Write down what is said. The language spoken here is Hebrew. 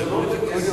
זה לא עולה כסף.